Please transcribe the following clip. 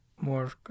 more